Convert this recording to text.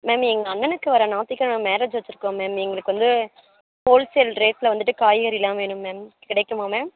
ma'am எங்கள் அண்ணனுக்கு வர்ற ஞாயித்துக்கெழம மேரேஜ் வச்சுருக்கோம் மேம் எங்களுக்கு வந்து ஹோல்சேல் ரேட்டில் வந்துட்டு காய்கறிலாம் வேணும் மேம் கிடைக்குமா மேம்